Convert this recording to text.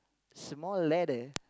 small ladder